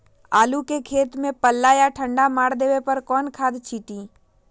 आलू के खेत में पल्ला या ठंडा मार देवे पर कौन खाद छींटी?